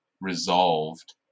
resolved